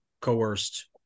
coerced